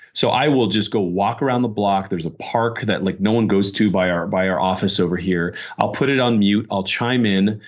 so i will just go walk around the block. there's a part that like no one goes to by our by our office over here. i'll put it on mute. i'll chime in.